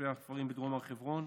תושבי הכפרים בדרום הר חברון,